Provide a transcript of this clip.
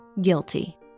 guilty